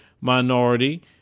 minority